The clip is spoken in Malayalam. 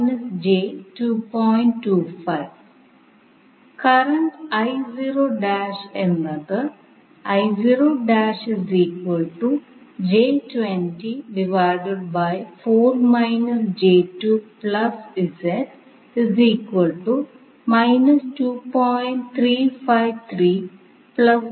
നമുക്ക് രണ്ടാം ഘട്ടത്തിൽ നിന്ന് നേരിട്ട് ആരംഭിക്കാം